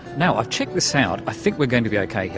now, i've checked this out, i think we're going to be okay here,